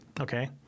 Okay